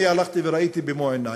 ואני הלכתי וראיתי במו-עיני,